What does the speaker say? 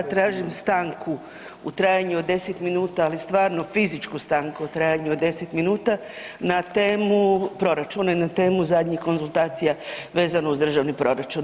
Tražim stanku u trajanju od 10 minuta, ali stvarno fizičku stanku u trajanju od 10 minuta na temu proračuna i na temu zadnjih konzultacija vezano uz državni proračun.